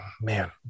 man